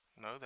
No